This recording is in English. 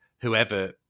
whoever